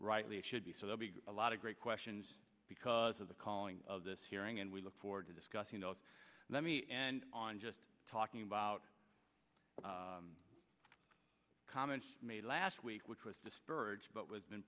rightly it should be so they'll be a lot of great questions because of the calling of this hearing and we look forward to discussing those let me end on just talking about comments made last week which was just birds but was been